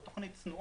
זו תוכנית צנועה: